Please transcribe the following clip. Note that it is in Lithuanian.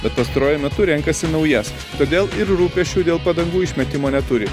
bet pastaruoju metu renkasi naujas todėl ir rūpesčių dėl padangų išmetimo neturi